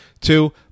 Two